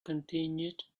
continued